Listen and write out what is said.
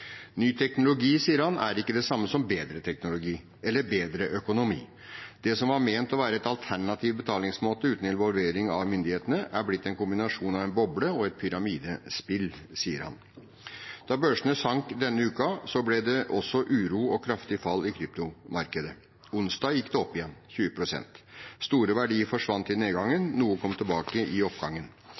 sier at ny teknologi ikke er det samme som bedre teknologi eller bedre økonomi, og at det som var ment å være en alternativ betalingsmåte uten involvering av myndighetene, er blitt en kombinasjon av en boble og et pyramidespill. Da børsene sank denne uken, ble det også uro og kraftig fall i kryptomarkedet. Onsdag gikk det opp igjen – 20 pst. Store verdier forsvant i nedgangen, noe kom tilbake i oppgangen.